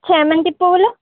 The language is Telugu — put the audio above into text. చేమంతిపూలు